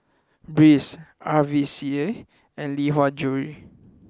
Breeze R V C A and Lee Hwa Jewellery